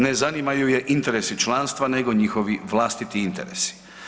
Ne zanimaju je interesi članstva nego njihovi vlastiti interesi.